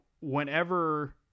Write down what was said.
whenever